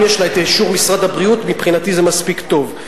אם יש לה אישור משרד הבריאות מבחינתי זה מספיק טוב.